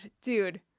dude